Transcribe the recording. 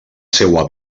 seua